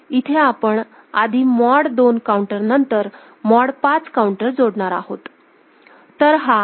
म्हणून इथे आपण आधी मॉड 2 काऊंटर नंतर मॉड 5 काऊंटर जोडणार आहोत